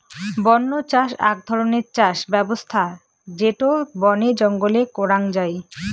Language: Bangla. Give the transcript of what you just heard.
বন্য চাষ আক ধরণের চাষ ব্যবছস্থা যেটো বনে জঙ্গলে করাঙ যাই